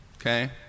Okay